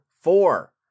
four